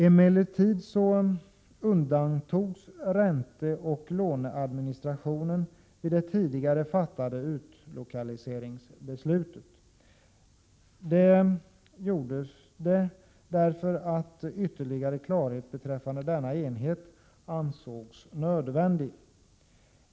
Emellertid undantogs ränteoch låneadministrationen vid det tidigare fattade utlokaliseringsbeslutet. Detta gjordes för att ytterligare klarhet beträffande denna enhet ansågs nödvändig.